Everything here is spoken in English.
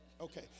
Okay